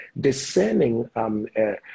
discerning